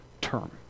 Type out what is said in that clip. term